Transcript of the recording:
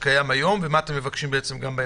מה קיים היום ומה אתם מבקשים בהמשך.